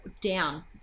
down